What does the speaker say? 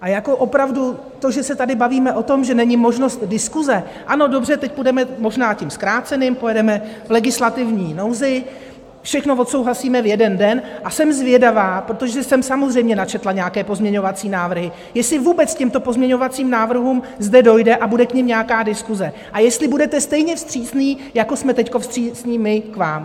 A opravdu to, že se tady bavíme o tom, že není možnost diskuse ano, dobře, teď půjdeme možná tím zkráceným, pojedeme v legislativní nouzi, všechno odsouhlasíme v jeden den, a jsem zvědavá, protože jsem samozřejmě načetla nějaké pozměňovací návrhy, jestli vůbec k těmto pozměňovacím návrhům zde dojde a bude k nim nějaká diskuse, a jestli budete stejně vstřícní, jako jsme teď vstřícní my k vám.